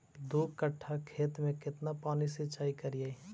दू कट्ठा खेत में केतना पानी सीचाई करिए?